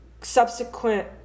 subsequent